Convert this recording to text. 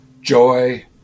Joy